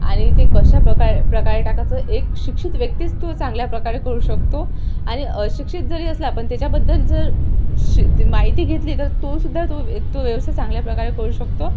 आणि ते कशा प्रका प्रकारे टाकाचं एक शिक्षित व्यक्तीच तो चांगल्या प्रकारे करू शकतो आणि अशिक्षित जरी असला पण त्याच्याबद्दल जर श माहिती घेतली तर तो सुुद्धा तो तो व्यवसाय चांगल्याप्रकारे करू शकतो